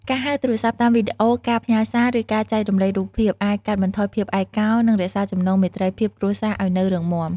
ការហៅទូរសព្ទតាមវីដេអូ ការផ្ញើសារ ឬការចែករំលែករូបភាព អាចកាត់បន្ថយភាពឯកកោ និងរក្សាចំណងមេត្រីភាពគ្រួសារឱ្យនៅរឹងមាំ។